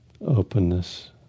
openness